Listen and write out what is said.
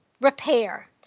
Repair